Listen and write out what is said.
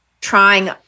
trying